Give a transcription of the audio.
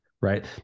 right